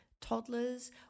Toddlers